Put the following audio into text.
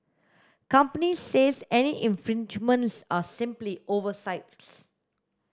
companies says any infringements are simply oversights